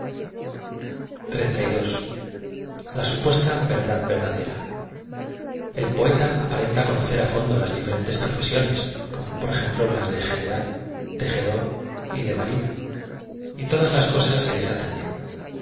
la iupuefta verdad verdadera f el poeta aparenta conocer á fondo las diferentes profesiones como por ejemplo las de general de te jedor y de marino y todas las cosas que les atañent